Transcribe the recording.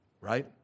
Right